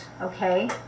Okay